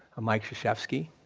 a mike krzyzewski,